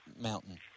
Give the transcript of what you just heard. mountain